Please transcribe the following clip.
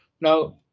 Now